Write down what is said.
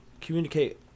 communicate